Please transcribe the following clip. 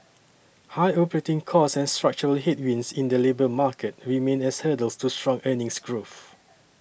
high operating costs and structural headwinds in the labour market remain as hurdles to strong earnings growth